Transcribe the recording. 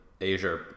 Asia